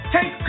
Take